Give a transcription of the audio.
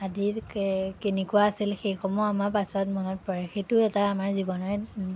আদি কে কেনেকুৱা আছিল সেইসমূহ আমাৰ পাছত মনত পৰে সেইটো এটা আমাৰ জীৱনৰে